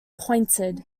pointed